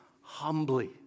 humbly